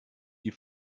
die